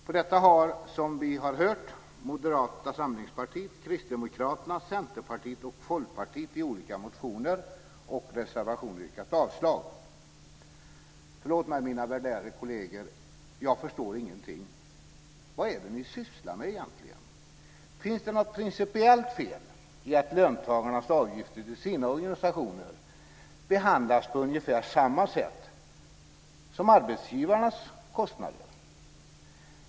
På detta har, som vi har hört, Moderata samlingspartiet, Kristdemokraterna, Centerpartiet och Folkpartiet i olika motioner och reservationer yrkat avslag. Förlåt mig, mina värderade kolleger. Jag förstår ingenting. Vad är det ni sysslar med egentligen? Finns det något principiellt fel i att löntagarnas avgifter till sina organisationer behandlas på ungefär samma sätt som arbetsgivarnas kostnader?